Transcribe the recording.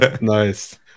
Nice